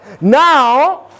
Now